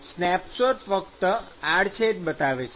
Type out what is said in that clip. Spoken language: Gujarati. સ્નેપશોટ ફક્ત આડછેદ બતાવે છે